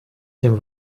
dem